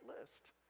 list